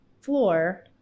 floor